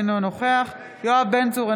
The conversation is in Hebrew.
אינו נוכח יואב בן צור,